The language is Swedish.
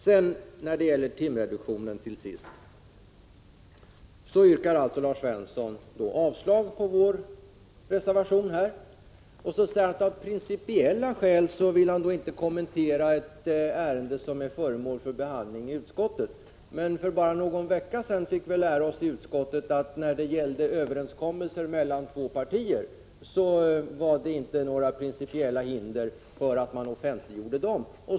Till sist: När det gäller timreduktionen yrkar Lars Svensson avslag på vår reservation och säger att han av principiella skäl inte vill kommentera ett ärende som är föremål för behandling i utskottet. Men för bara någon vecka sedan fick vi lära oss i utskottet att det när det gällde överenskommelser mellan två partier inte fanns några principiella hinder för att offentliggöra dem.